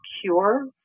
cure